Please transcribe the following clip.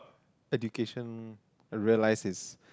education I realize is